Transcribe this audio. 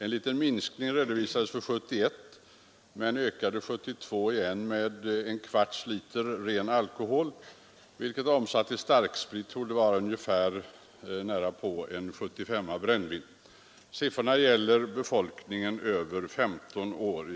En liten minskning redovisades för 1971, men konsumtionen ökade 1972 med 0,25 liter ren alkohol, vilket omsatt i starksprit torde vara ungefär en 75:a brännvin. Siffrorna gäller invånare över 15 år.